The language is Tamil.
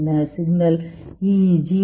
சிக்னல் EEG ஆகும்